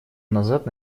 назад